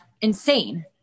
Insane